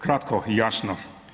Kratko i jasno.